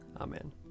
Amen